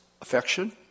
affection